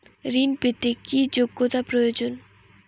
ঋণ পেতে কি যোগ্যতা প্রয়োজন?